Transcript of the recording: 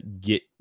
get